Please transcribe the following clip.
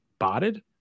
botted